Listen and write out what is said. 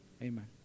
Amen